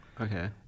Okay